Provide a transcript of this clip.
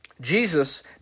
Jesus